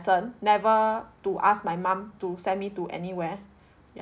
~son never to ask my mum to send me to anywhere